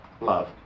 love